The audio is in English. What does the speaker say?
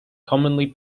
commonly